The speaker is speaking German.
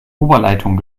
oberleitung